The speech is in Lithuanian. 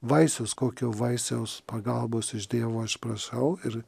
vaisius kokio vaisiaus pagalbos iš dievo aš prašau ir